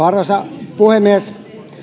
arvoisa puhemies